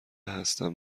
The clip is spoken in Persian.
هستم